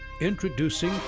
Introducing